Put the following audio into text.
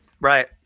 Right